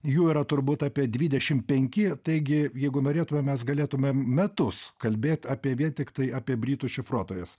jų yra turbūt apie dvidešim penki taigi jeigu norėtumėm mes galėtumėm metus kalbėt apie vien tiktai apie britų šifruotojas